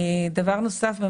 דבר נוסף,